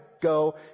go